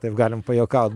taip galim pajuokaut